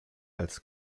als